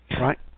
right